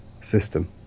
system